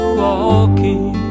walking